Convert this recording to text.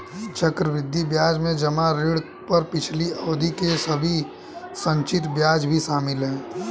चक्रवृद्धि ब्याज में जमा ऋण पर पिछली अवधि के सभी संचित ब्याज भी शामिल हैं